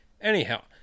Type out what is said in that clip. anyhow